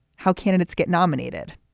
how candidates get nominated.